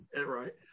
right